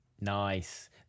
nice